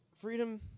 Freedom